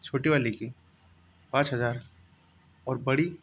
छोटी वाली की पाँच हज़ार और बड़ी